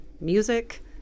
music